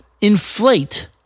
Inflate